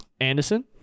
Anderson